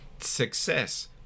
success